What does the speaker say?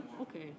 Okay